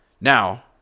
Now